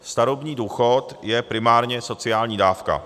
Starobní důchod je primárně sociální dávka.